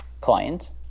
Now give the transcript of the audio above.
client